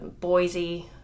Boise